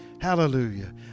hallelujah